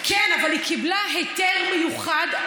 כן, אבל היא קיבלה היתר מיוחד.